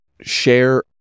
share